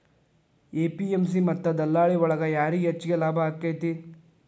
APMC ಮತ್ತ ದಲ್ಲಾಳಿ ಒಳಗ ಯಾರಿಗ್ ಹೆಚ್ಚಿಗೆ ಲಾಭ ಆಕೆತ್ತಿ?